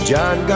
John